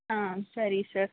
ಹಾಂ ಸರಿ ಸರ್